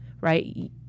Right